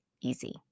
easy